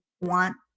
want